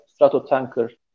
Stratotanker